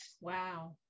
Wow